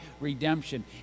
redemption